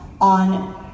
on